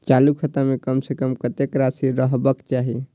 चालु खाता में कम से कम कतेक राशि रहबाक चाही?